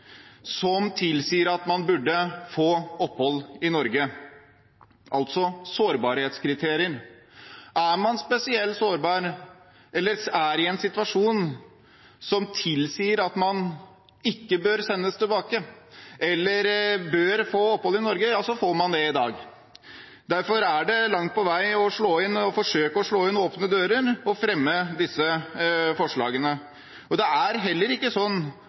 som tilsier at man burde få opphold i Norge, altså sårbarhetskriterier. Er man spesielt sårbar eller i en situasjon som tilsier at man ikke bør sendes tilbake, eller at man bør få opphold i Norge, så får man det i dag. Derfor er det langt på vei å forsøke å slå inn åpne dører å fremme disse forslagene. Det finnes heller ikke